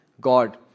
God